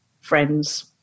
friends